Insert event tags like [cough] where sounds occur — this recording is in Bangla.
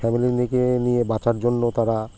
[unintelligible] নিয়ে বাঁচার জন্য তারা